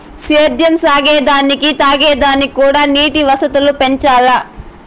సేద్యం సాగే దానికి తాగే దానిక్కూడా నీటి వసతులు పెంచాల్ల